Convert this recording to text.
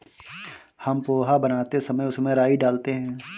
हम पोहा बनाते समय उसमें राई डालते हैं